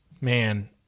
man